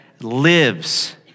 lives